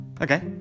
Okay